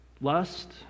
lust